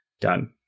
Done